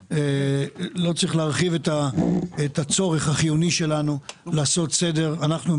לא צריך להרחיב את הצורך החיוני שלנו לעשות סדר אנחנו,